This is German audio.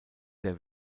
sehr